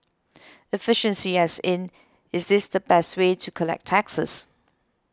efficiency as in is this the best way to collect taxes